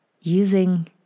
using